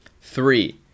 Three